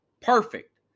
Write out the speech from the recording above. Perfect